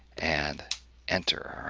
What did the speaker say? and enter,